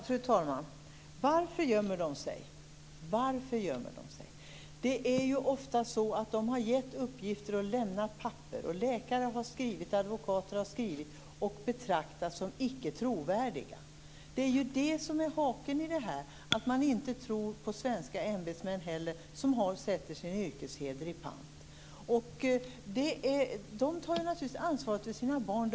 Fru talman! Varför gömmer de sig? De har ju ofta gett uppgifter och lämnat papper. Läkare och advokater har skrivit, men betraktats som icke trovärdiga. Det är det som är haken i detta - att man inte heller tror på svenska ämbetsmän som sätter sin yrkesheder i pant. De här människorna tar naturligtvis ansvaret för sina barn.